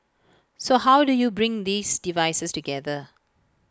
so how do you bring these devices together